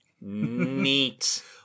Neat